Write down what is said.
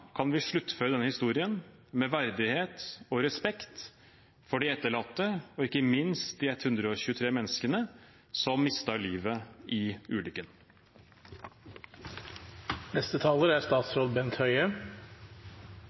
kan vi sluttføre denne historien med verdighet og respekt for de etterlatte og ikke minst de 123 menneskene som mistet livet i